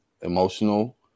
emotional